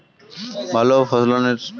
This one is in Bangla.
ভালো ফলনের জন্য কি কি করা উচিৎ?